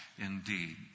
Indeed